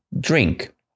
drink